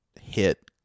hit